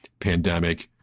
pandemic